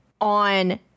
on